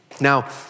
Now